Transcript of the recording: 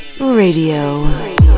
Radio